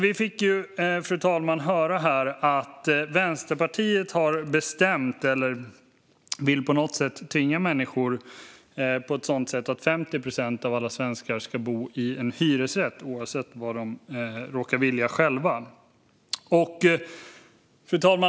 Vi fick höra här, fru talman, att Vänsterpartiet har bestämt att 50 procent av alla svenskar ska bo i en hyresrätt - oavsett vad de råkar vilja själva - och på något sätt vill tvinga människor till det. Fru talman!